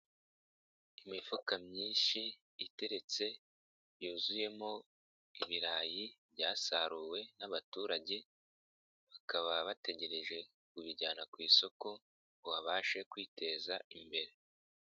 Imifuka myinshi iteretse yuzuyemo ibirayi byasaruwe n'abaturage bakaba bategereje kubijyana ku isoko ngo babashe kwiteza imbere.